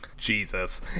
jesus